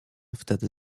wtedy